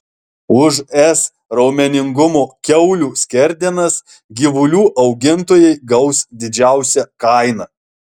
už s raumeningumo kiaulių skerdenas gyvulių augintojai gaus didžiausią kainą